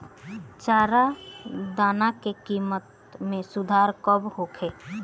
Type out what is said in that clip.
चारा दाना के किमत में सुधार कब होखे?